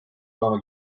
olema